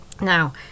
Now